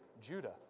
Judah